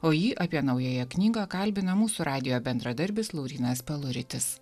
o jį apie naująją knygą kalbina mūsų radijo bendradarbis laurynas peluritis